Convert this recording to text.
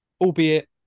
albeit